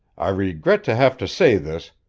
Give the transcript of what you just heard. i regret to have to say this,